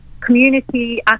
community